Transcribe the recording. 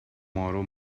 tomorrow